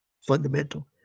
fundamental